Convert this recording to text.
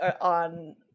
on